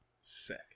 Sick